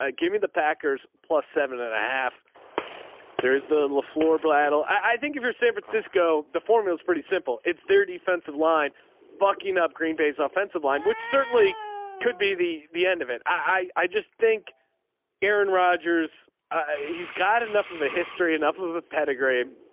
ah give me the packers plus seven and a half there is the la flor battle i think if you're san francisco the formulas pretty simple. it's their defensive line bucking up green bay's offensive line which certainly could be the the end of it. i just think aaron rodgers he's got enough of a history enough of a pedigree.